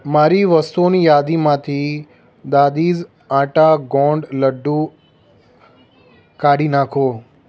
મારી વસ્તુઓની યાદીમાંથી દાદીઝ આટા ગોંડ લડ્ડૂ કાઢી નાખો